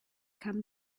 come